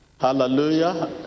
Hallelujah